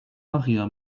maria